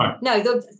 No